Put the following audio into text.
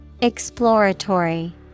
Exploratory